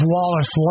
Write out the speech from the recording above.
Wallace